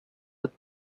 with